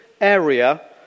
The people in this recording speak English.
area